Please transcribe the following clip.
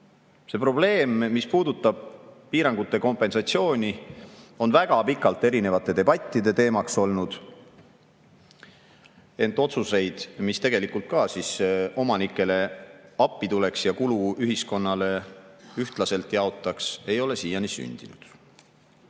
See probleem, mis puudutab piirangute kompensatsiooni, on väga pikalt erinevate debattide teemaks olnud. Ent otsuseid, mis tegelikult ka omanikele appi tuleksid ja kulu ühiskonnale ühtlaselt jaotaksid, ei ole siiani sündinud. Ka